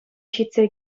ҫитсе